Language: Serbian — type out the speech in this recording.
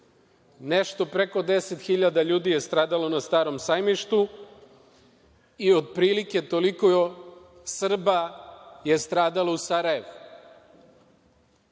Nešto preko 10.000 ljudi je stradalo na Starom sajmištu i otprilike toliko Srba je stradalo u Sarajevu. Još